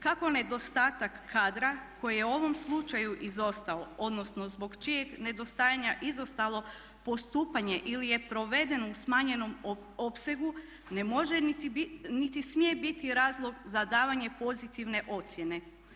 Kako nedostatak kadra koji je u ovom slučaju izostao, odnosno zbog čijeg nedostajanja izostalo postupanje ili je provedeno u smanjenom opsegu ne može niti smije bit razlog za davanje pozitivne ocjene.